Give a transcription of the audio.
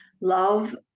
love